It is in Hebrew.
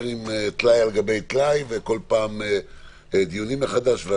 עם טלאי על טלאי וכל פעם דיונים מחדש.